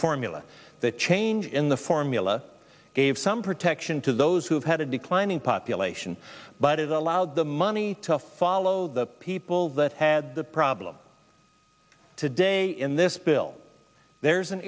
formula the change in the formula gave some protection to those who had a declining population but it allowed the money to follow the people that had the problem today in this bill there's an